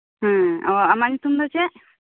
ᱦᱮᱸ ᱚ ᱟᱢᱟᱜ ᱧᱩᱛᱩᱢ ᱫᱚ ᱪᱮᱫ